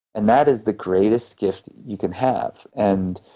and that is the greatest gift you can have. and